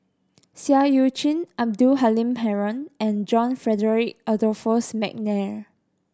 Seah Eu Chin Abdul Halim Haron and John Frederick Adolphus McNair